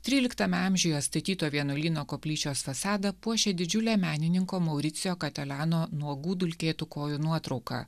tryliktame amžiuje statyto vienuolyno koplyčios fasadą puošė didžiulė menininko mauricijo kateleno nuogų dulkėtų kojų nuotrauka